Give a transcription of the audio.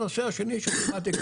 הנושא השני שדיברתי,